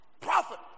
prophet